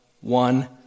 one